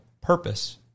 purpose